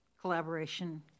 collaboration